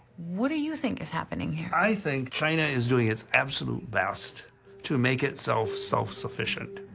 what do you think is happening here? i think china is doing its absolute best to make itself self-sufficient,